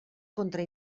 contra